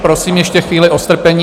Prosím ještě chvíli o strpení.